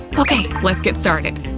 okay, let's get started!